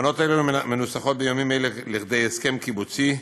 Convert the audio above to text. הבנות אלו מנוסחות בימים אלו לכדי הסכם קיבוצי.